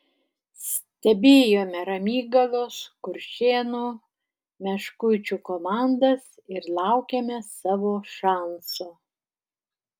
stebėjome ramygalos kuršėnų meškuičių komandas ir laukėme savo šanso